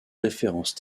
référence